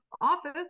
office